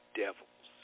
devils